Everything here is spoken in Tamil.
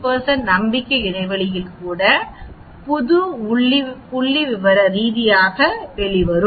95 நம்பிக்கை இடைவெளியில் கூட இது புள்ளிவிவர ரீதியாக வெளிவரும்